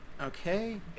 Okay